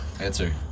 Answer